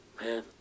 Man